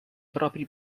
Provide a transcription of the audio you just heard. propri